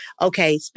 Okay